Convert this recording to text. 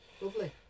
lovely